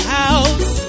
house